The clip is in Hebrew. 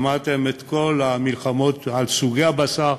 שמעתם את כל המלחמות על סוגי הבשר.